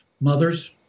mothers